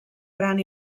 gran